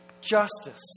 justice